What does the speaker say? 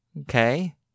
Okay